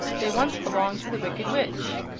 they once belonged to the wicked witch.